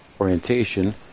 orientation